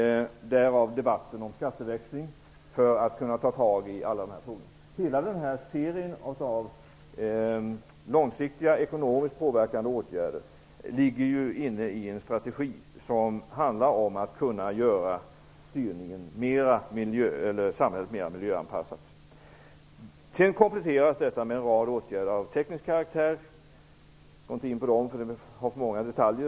Därav debatten om skatteväxling. Hela denna serie av långsiktiga, ekonomiskt påverkande åtgärder ingår ju i en strategi som går ut på att göra samhället mer miljöanpassat. Detta kompletteras med en rad åtgärder av teknisk karaktär. Jag går inte in på dem; de har för många detaljer.